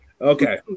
Okay